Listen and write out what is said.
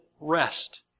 rest